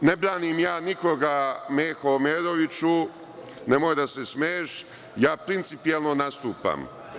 Dakle, ne branim ja nikoga Meho Omeroviću, nemoj da se smeješ, ja principijelno nastupam.